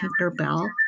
Tinkerbell